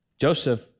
Joseph